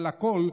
אבל הכול,